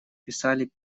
писали